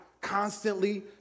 constantly